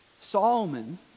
Solomon